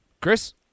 Chris